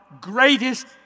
greatest